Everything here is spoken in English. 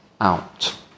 out